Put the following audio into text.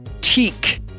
teak